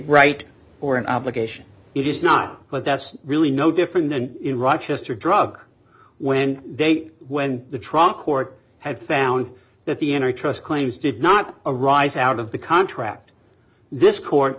right or an obligation it is not but that's really no different than in rochester drug when they when the truck court had found that the enter trust claims did not arise out of the contract this court